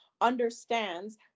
understands